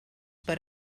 per